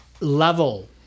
level